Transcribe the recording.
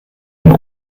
den